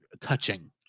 touching